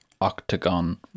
Octagon